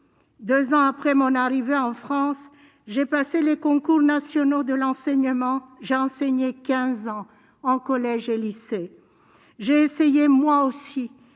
Deux ans après mon arrivée en France, j'ai passé les concours nationaux de l'enseignement. J'ai enseigné quinze ans en collège et lycée. J'ai essayé, moi aussi,